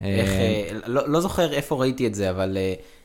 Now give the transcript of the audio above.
לא זוכר איפה ראיתי את זה אבל.